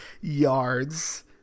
yards